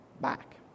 back